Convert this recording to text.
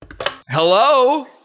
Hello